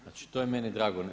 Znači, to je meni drago.